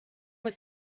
were